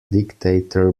dictator